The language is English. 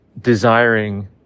desiring